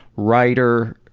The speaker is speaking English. writer.